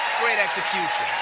great execution.